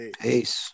Peace